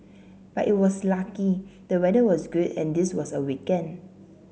but it was lucky the weather was good and this was a weekend